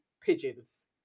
pigeons